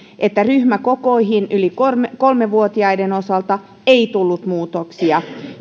että ryhmäkokoihin yli kolme vuotiaiden osalta ei tullut muutoksia